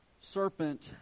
serpent